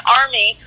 army